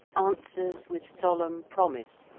answers, with solemn promise,